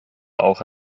auch